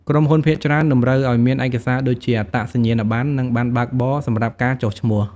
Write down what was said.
ក្រុមហ៊ុនភាគច្រើនតម្រូវឱ្យមានឯកសារដូចជាអត្តសញ្ញាណប័ណ្ណ និងប័ណ្ណបើកបរ សម្រាប់ការចុះឈ្មោះ។